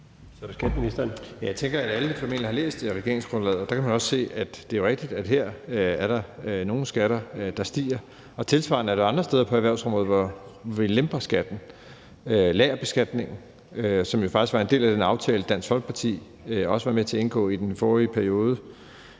Jeg tænker, at alle formentlig har læst regeringsgrundlaget, og der kan man også se, at det er rigtigt, at her er der nogle skatter, der stiger, og tilsvarende er der andre steder på erhvervsområdet, hvor vi lemper skatten – lagerbeskatningen, som jo faktisk var en del af den aftale, Dansk Folkeparti også var med til at indgå i den forrige periode,